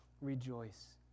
rejoice